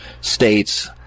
states